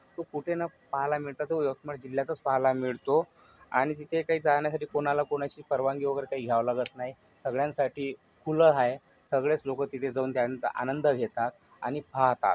तो कुठेना पहायला मिळतात तो यवतमाळ जिल्ह्यातच पहायला मिळतो आणि तिथे काही जाण्यासाठी कोणाला कोणाची परवानगी वगैरे काही घ्यावं लागत नाही सगळ्यांसाठी खुलं आहे सगळेच लोकं तिथे जाऊन त्यांचा आनंद घेतात आणि पाहतात